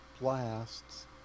blasts